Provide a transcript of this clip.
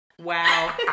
Wow